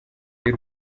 y’u